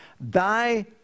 Thy